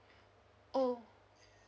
oh